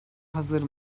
hazır